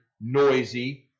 noisy